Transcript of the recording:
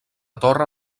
torre